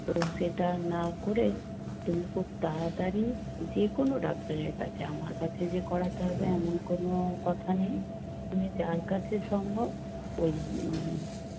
তো সেটা না করে তুমি খুব তাড়াতাড়ি যে কোনো ডাক্তারের কাছে আমার কাছে যে করাতে হবে এমন কোনো কথা নেই তুমি যার কাছে সম্ভব ওই